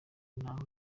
ntaho